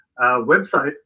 website